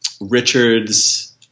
Richard's